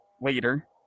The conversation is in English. later